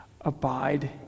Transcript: Abide